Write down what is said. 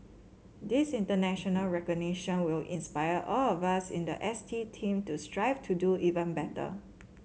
this international recognition will inspire all of us in the S T team to strive to do even better